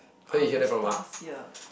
Anastasia